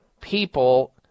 people